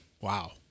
Wow